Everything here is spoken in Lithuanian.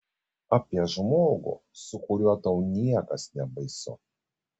apie žmogų su kuriuo tau niekas nebaisu